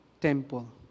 temple